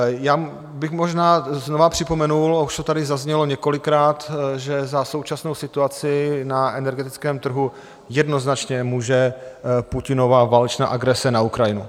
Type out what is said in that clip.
Já bych možná znova připomenul a už to tady zaznělo několikrát, že za současnou situaci na energetickém trhu jednoznačně může Putinova válečná agrese na Ukrajině.